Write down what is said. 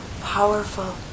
powerful